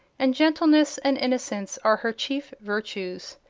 and gentleness and innocence are her chief virtues.